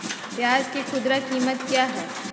प्याज के खुदरा कीमत क्या है?